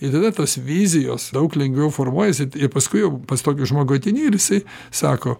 ir tada tos vizijos daug lengviau formuojasi ir paskui jau pas tokį žmogų ateini ir jisai sako